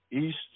east